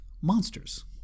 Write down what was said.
monsters